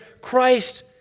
Christ